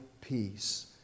peace